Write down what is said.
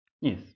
yes